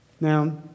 Now